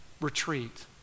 retreat